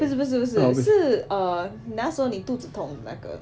不是不是不是是 err 那时候你肚子痛那个